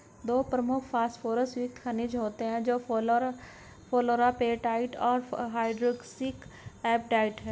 दो प्रमुख फॉस्फोरस युक्त खनिज होते हैं, फ्लोरापेटाइट और हाइड्रोक्सी एपेटाइट